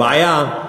הבעיה היא